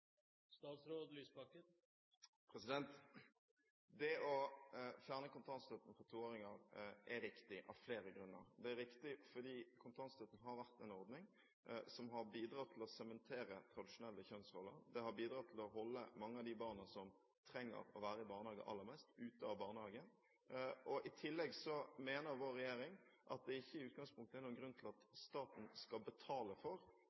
Det å fjerne kontantstøtten for toåringer er riktig, av flere grunner. Det er riktig fordi kontantstøtten har vært en ordning som har bidratt til å sementere tradisjonelle kjønnsroller, den har bidratt til å holde mange av de barna som trenger å være i barnehage aller mest, ute av barnehagen, og i tillegg mener vår regjering at det ikke i utgangspunktet er noen grunn til at staten skal betale for